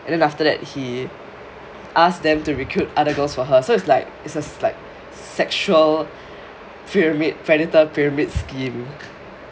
and then after that he asks them to recruit other girls for her so it's like is uh like sexual pyramid predator pyramid scheme